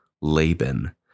Laban